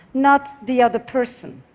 not the other person.